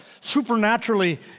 supernaturally